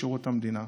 בשירות המדינה.